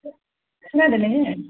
खोनादों नोङो